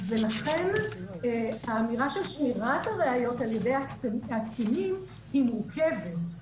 ולכן האמירה של שמירת הראיות על ידי הקטינים מורכבת,